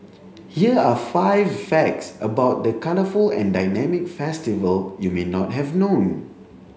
here are five facts about the colourful and dynamic festival you may not have known